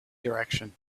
direction